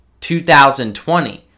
2020